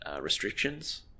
restrictions